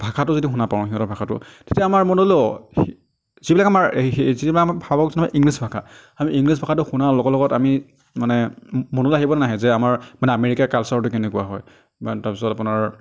ভাষাটো যদি শুনা পাওঁ সিহঁতৰ ভাষাটো তেতিয়া আমাৰ মনলৈ অঁ যিবিলাক আমাৰ যিবিলাক আমাৰ ভাবকচোন ধৰক ইংলিছ ভাষা হয় আমি ইংলিছ ভাষাটো শুনাৰ লগত লগত আমি মানে মনলৈ আহিব নে নাহে যে আমাৰ মানে আমেৰিকাৰ কালচাৰটো কেনেকুৱা হয় বা তাৰপিছত আপোনাৰ